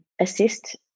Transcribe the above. assist